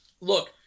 look